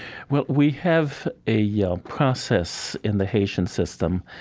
well, we have a yeah process in the haitian system,